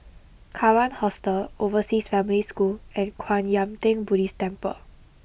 Kawan Hostel Overseas Family School and Kwan Yam Theng Buddhist Temple